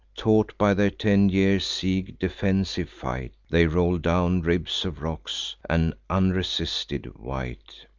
taught, by their ten years' siege, defensive fight, they roll down ribs of rocks, an unresisted weight,